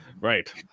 Right